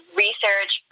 research